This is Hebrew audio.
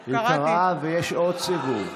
היא קראה ויש עוד סיבוב.